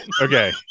Okay